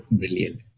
brilliant